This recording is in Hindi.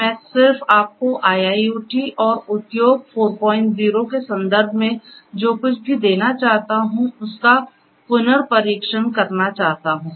मैं सिर्फ आपको IIoT और उद्योग 40 के संदर्भ में जो कुछ भी देना चाहता हूं उसका पुनर्परीक्षण करना चाहता हूं